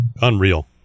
Unreal